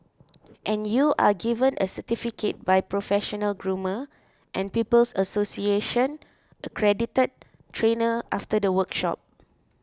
and you are given a certificate by professional groomer and People's Association accredited trainer after the workshop